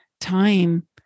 time